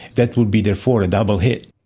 that would be therefore a double hit.